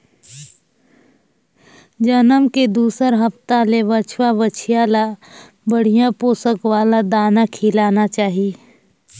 जनम के दूसर हप्ता ले बछवा, बछिया ल बड़िहा पोसक वाला दाना खिलाना चाही